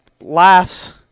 laughs